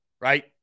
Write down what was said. right